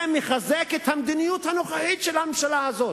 זה מחזק את המדיניות הנוכחית של הממשלה הזאת.